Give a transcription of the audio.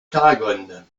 tarragone